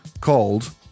called